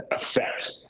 effect